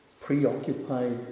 preoccupied